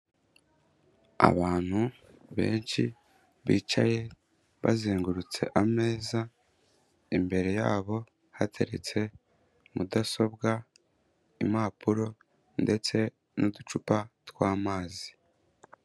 Abantu benshi bicaye bazengurutse ameza, imbere yabo hateretse mudasobwa, impapuro ndetse n'uducupa tw'amazi.